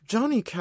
Johnny